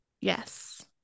Yes